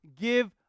give